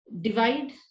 divide